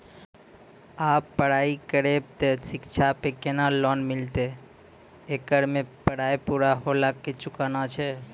आप पराई करेव ते शिक्षा पे केना लोन मिलते येकर मे पराई पुरा होला के चुकाना छै?